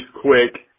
quick